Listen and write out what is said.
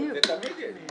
זה תמיד יש.